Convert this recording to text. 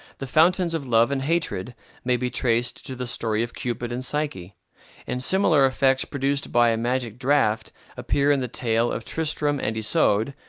the fountains of love and hatred may be traced to the story of cupid and psyche and similar effects produced by a magic draught appear in the tale of tristram and isoude,